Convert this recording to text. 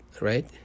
right